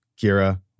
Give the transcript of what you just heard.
Kira